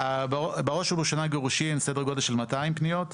בראש ובראשונה גירושין סדר גודל של 200 פניות,